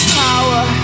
power